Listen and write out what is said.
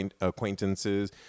acquaintances